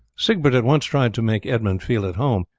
siegbert at once tried to make edmund feel at home,